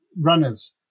runners